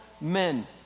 men